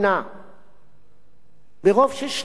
ברוב של שניים נגד אחד אפשר לבטל.